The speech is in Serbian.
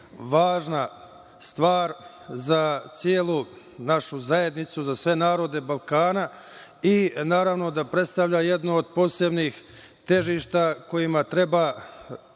važna stvar za celu našu zajednicu, za sve narode Balkana i naravno da predstavlja jednu od posebnih težišta kojima treba